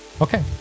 Okay